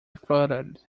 fluttered